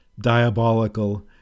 Diabolical